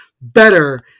better